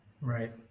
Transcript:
Right